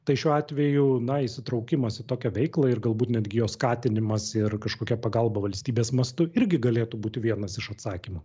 tai šiuo atveju na įsitraukimas į tokią veiklą ir galbūt netgi jos skatinimas ir kažkokia pagalba valstybės mastu irgi galėtų būti vienas iš atsakymų